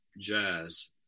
jazz